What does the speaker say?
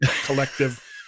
collective